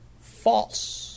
false